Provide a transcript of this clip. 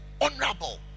honorable